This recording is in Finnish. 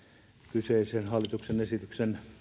kyseisen hallituksen esityksen